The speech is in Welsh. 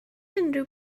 unrhyw